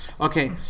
Okay